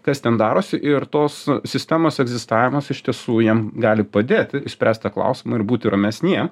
kas ten darosi ir tos sistemos egzistavimas iš tiesų jiem gali padėti išspręst tą klausimą ir būti ramesniem